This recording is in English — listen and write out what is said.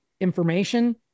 information